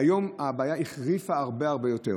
והיום הבעיה החריפה הרבה הרבה יותר.